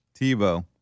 Tebow